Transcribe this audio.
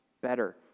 better